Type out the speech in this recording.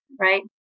right